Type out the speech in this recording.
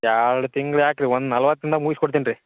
ಎರಡು ತಿಂಗ್ಳು ಯಾಕೆ ರೀ ಒಂದು ನಲವತ್ತು ದಿನ್ದಾಗ ಮುಗಿಸ್ಕೊಡ್ತೀನಿ ರೀ